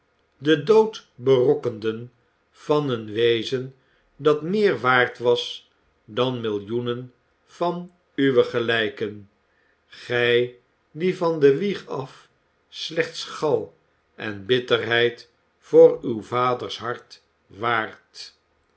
den dood berokkenden van een wezen dat meer waard was dan millioenen van uwe gelijken gij die van de wieg af slechts gal en bitterheid voor uw vaders hart waart